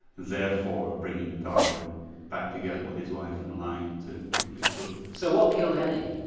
therefore bringing darwin back together with his wife and allowing him to complete the book. so what killed annie?